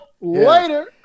later